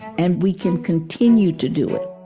and we can continue to do it